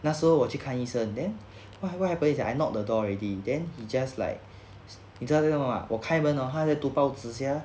那时候我去看医生 then what what happens is that I knocked the door already then he just like 你知道他在做么吗我开门 oh 他在读报纸 sia